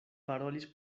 parolis